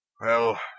Well